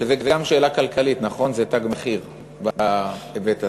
שזה גם שאלה כלכלית, נכון, זה תג מחיר בהיבט הזה.